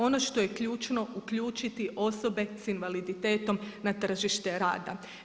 Ono što je ključno, uključiti osobe sa invaliditetom na tržište rada.